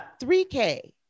3K